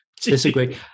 Disagree